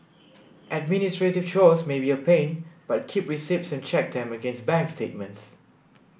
administrative chores may be a pain but keep receipts and check them against bank statements